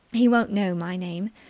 he won't know my name.